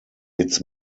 its